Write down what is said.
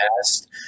past